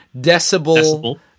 decibel